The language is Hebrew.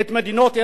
את מדינות אירופה,